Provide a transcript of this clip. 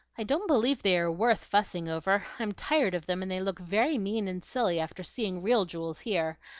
i don't believe they are worth fussing over. i'm tired of them, and they look very mean and silly after seeing real jewels here.